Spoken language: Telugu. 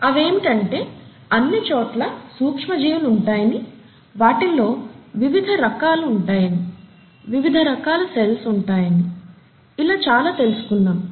అవేమిటి అంటే అన్ని చోట్ల సూక్ష్మ జీవులు ఉంటాయని వాటిల్లో వివిధ రకాలు ఉంటాయని వివిధ రకాల సెల్స్ ఉంటాయని ఇలా చాలా తెలుసుకున్నాము